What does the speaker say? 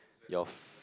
your